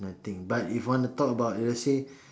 nothing but if want to talk about let's say